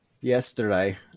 Yesterday